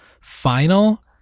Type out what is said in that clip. final